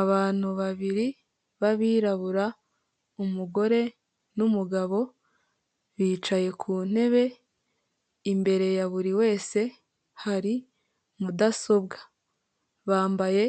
Abantu babiri b'abirabura umugore n'umugabo bicaye ku ntebe imbere ya buri wese hari mudasobwa, bambaye